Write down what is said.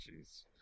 jeez